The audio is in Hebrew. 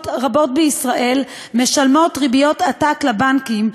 רבות בישראל משלמות ריביות עתק לבנקים,